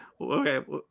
Okay